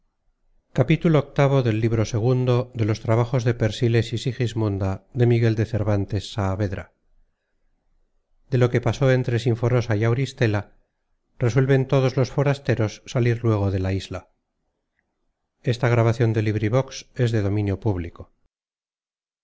de lo que pasó entre sinforosa y auristela resuelven todos los forasteros salir luego de la isla